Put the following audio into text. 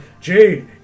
Jade